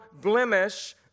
blemish